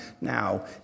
now